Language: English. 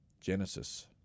Genesis